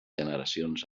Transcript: generacions